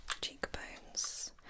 cheekbones